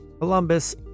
Columbus